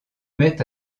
met